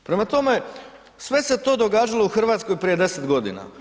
Prema tome, sve se to događalo u Hrvatskoj prije 10 godina.